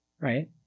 right